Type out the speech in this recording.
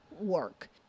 work